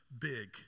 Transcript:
big